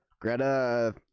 Greta